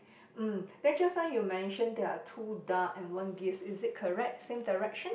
mm then just now you mention there are two duck and one geese is it correct same direction